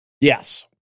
Yes